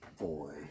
Boy